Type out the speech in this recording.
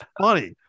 funny